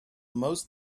most